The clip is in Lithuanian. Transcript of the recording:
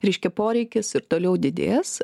reiškia poreikis ir toliau didės